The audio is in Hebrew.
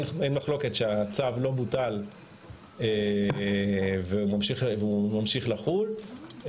מחלוקת שהצו לא בוטל והוא ממשיך לחול,